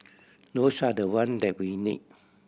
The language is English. those are the one that we need